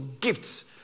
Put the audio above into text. gifts